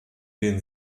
den